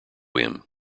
him